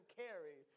carry